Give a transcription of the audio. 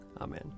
Amen